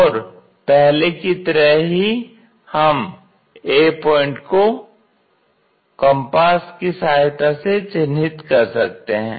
और पहले की तरह ही हम a पॉइंट को कंपास की सहायता से चिन्हित कर सकते हैं